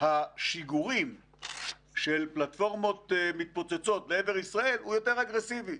השיגורים של פלטפורמות מתפוצצות לעבר ישראל הוא יותר אגרסיבי.